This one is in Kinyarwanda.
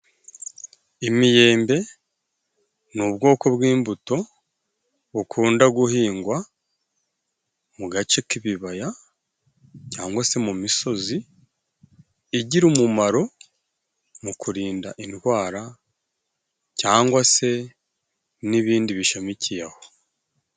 Imyembe ni ubwoko bw'imbuto, bukunda guhingwa mu gace k'ibibaya cyangwa se mu misozi. Igira umumaro mu kurinda indwara cyangwa se n'ibindi bishamikiye aho.